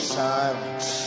silence